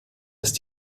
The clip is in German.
ist